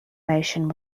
motion